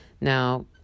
Now